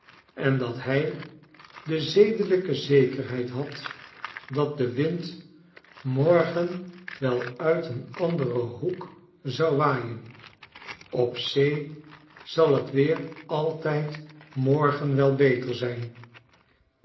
en dat hij de zedelijke zekerheid had dat de wind morgen wel uit een anderen hoek zou waaien op zee zal het weer altijd morgen wel beter zijn